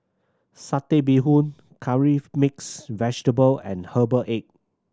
Satay Bee Hoon Curry Mixed Vegetable and herbal egg